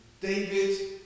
David